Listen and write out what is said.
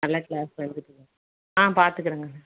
நல்லா கிளாஸ் ஆ பார்த்துக்குறேன் கன்னு